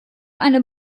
eine